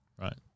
right